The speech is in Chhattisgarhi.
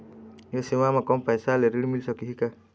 ये सेवा म कम पैसा के ऋण मिल सकही का?